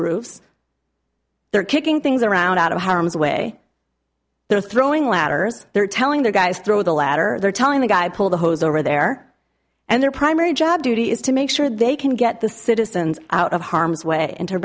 roofs they're kicking things around out of harm's way they're throwing ladders they're telling the guys through the ladder they're telling the guy pull the hose over there and their primary job duty is to make sure they can get the citizens out of harm's way